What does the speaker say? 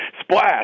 splash